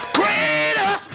greater